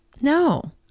no